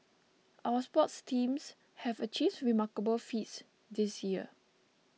our sports teams have achieved remarkable feats this year